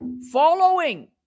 following